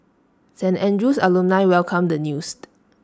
St Andrew's alumni welcomed the news